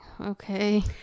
Okay